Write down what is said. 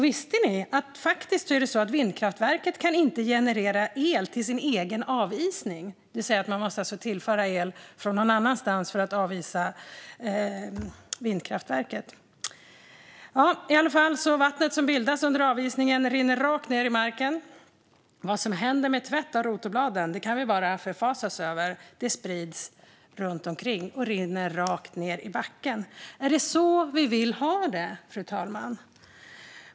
Visste ni att vindkraftverk inte kan generera el till sin egen avisning? Man måste alltså tillföra el någon annanstans ifrån för att avisa vindkraftverk. Vattnet som bildas under avisning rinner rakt ned i marken. Vad som händer vid tvätt av rotorbladen kan vi bara förfasa oss över. Det sprids runt omkring och rinner som sagt rakt ned i backen. Är det så vi vill ha det?